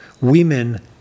women